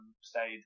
Stayed